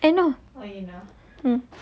I know mm